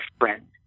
friend